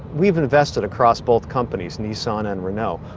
we have invested across both companies, nissan and renault,